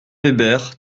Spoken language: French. weber